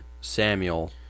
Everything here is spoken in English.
Samuel